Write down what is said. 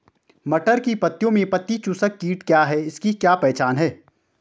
मटर की पत्तियों में पत्ती चूसक कीट क्या है इसकी क्या पहचान है?